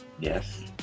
Yes